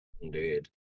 Indeed